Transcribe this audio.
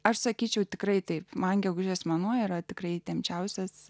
aš sakyčiau tikrai taip man gegužės manoji yra tikrai įtempčiausias